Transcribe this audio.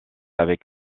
avec